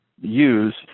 use